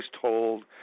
told